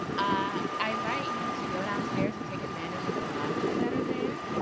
i i invite you to go downstairs and take advantage of the lounges that are there.